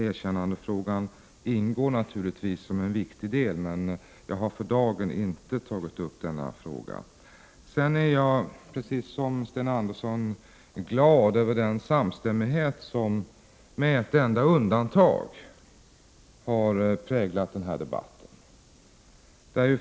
Erkännandefrågan ingår naturligtvis som en viktig del, men jag har för dagen inte tagit upp denna fråga. Sedan är jag liksom Sten Andersson glad över den samstämmighet som med ett enda undantag har präglat den här debatten.